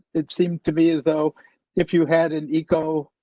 it seemed to be as though if you had an eco.